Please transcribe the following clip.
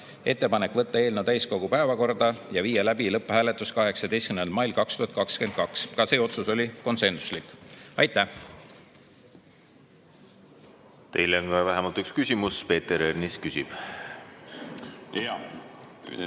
ettepanek võtta eelnõu täiskogu päevakorda ja viia läbi lõpphääletus 18. mail 2022 (ka see otsus oli konsensuslik). Aitäh! Teile on vähemalt üks küsimus, Peeter Ernits küsib. Teile